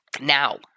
Now